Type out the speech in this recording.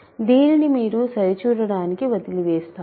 దీనిని మీరు సరిచూడడానికి వదిలివేస్తాను